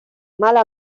mala